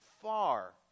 far